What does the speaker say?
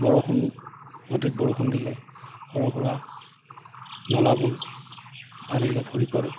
বৰষুণ অধিক বৰষুণ দিলে সৰু সুৰা নলাবোৰ পানীৰে ভৰি পৰে